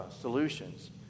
solutions